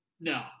No